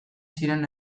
ziren